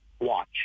watch